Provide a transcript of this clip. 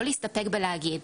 לא להסתפק בלהגיד.